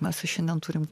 mes jau šiandien turim